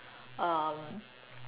um